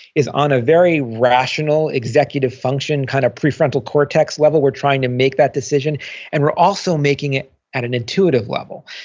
is on a very rational executive function kind of prefrontal cortex level, we're trying to make that decision and we're also making it at an intuitive level.